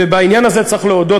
ובעניין הזה צריך להודות,